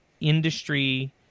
industry-